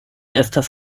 estas